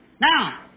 Now